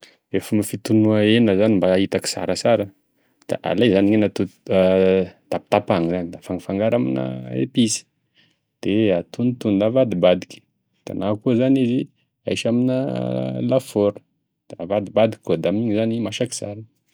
E fomba fitonoa hena zany mba hitako sarasara da alay zany gn'hena toto- tapitapahana zany, da afangaro amina episy da atonotono na avadibadiky, da na koa izy ahisy amina lafôry, da avadibadiky koa da amigny izy masaky tsara.